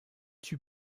tue